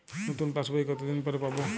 নতুন পাশ বই কত দিন পরে পাবো?